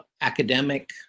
academic